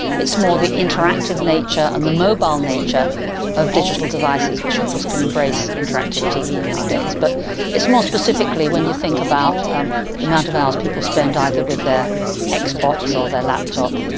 it's more the interactive nature and the mobile nature of digital devices, which of course can embrace interactive tv nowadays, but it's more specifically when you think about um the amount of hours people spend either with their xbox, or their laptop,